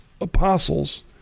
apostles